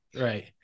right